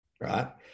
right